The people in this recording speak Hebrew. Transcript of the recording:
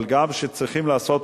אבל גם כשצריכים לעשות